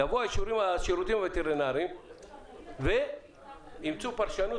יבואו השירותים הווטרינרים וימצאו פרשנות